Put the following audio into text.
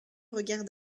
regardent